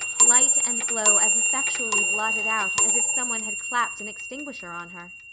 light and glow as effectually blotted out as if some one had clapped an extinguisher on her.